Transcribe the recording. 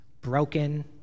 broken